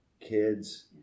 kids